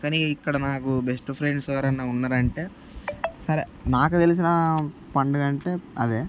కానీ ఇక్కడ నాకు బెస్ట్ ఫ్రెండ్స్ ఎవరైనా ఉన్నారాంటే సరే నాకు తెలిసిన పండుగంటే అదే